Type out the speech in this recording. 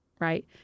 right